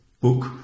book